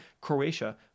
Croatia